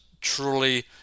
truly